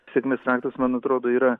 sėkmės raktas man atrodo yra